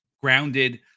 grounded